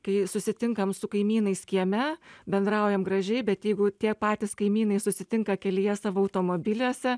kai susitinkam su kaimynais kieme bendraujam gražiai bet jeigu tie patys kaimynai susitinka kelyje savo automobiliuose